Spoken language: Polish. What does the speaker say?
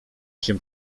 się